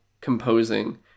composing